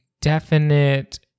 definite